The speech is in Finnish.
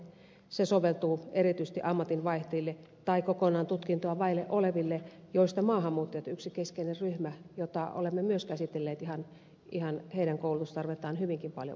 se soveltuu erityisesti ammatin vaihtajille tai kokonaan tutkintoa vailla oleville joista maahanmuuttajat ovat yksi keskeinen ryhmä jonka koulutustarvetta olemme myös käsitelleet hyvinkin paljon valiokunnassa